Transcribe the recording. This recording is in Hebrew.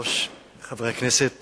ראשון הדוברים, חבר הכנסת